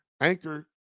Anchor